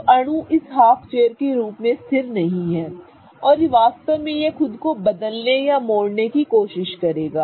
तो अणु इस हाफ चेयर के रूप में स्थिर नहीं है और वास्तव में यह खुद को बदलने या मोड़ने की कोशिश करेगा